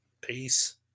peace